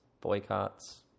boycotts